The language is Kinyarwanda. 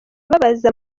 babaza